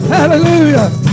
Hallelujah